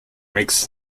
makes